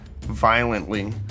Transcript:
violently